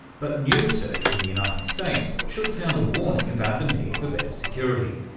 but new research from the united states should sound a warning about the need for better security.